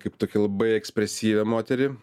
kaip tokią labai ekspresyvią moterį